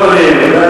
תעלה